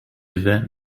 event